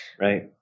Right